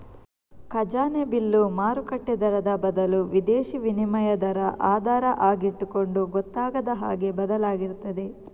ಖಜಾನೆ ಬಿಲ್ಲು ಮಾರುಕಟ್ಟೆ ದರದ ಬದಲು ವಿದೇಶೀ ವಿನಿಮಯ ದರ ಆಧಾರ ಆಗಿಟ್ಟುಕೊಂಡು ಗೊತ್ತಾಗದ ಹಾಗೆ ಬದಲಾಗ್ತಿರ್ತದೆ